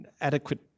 adequate